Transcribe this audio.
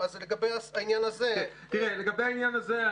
ולגבי העניין הזה --- לגבי העניין הזה,